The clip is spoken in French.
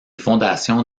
fondations